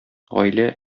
гаилә